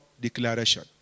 declaration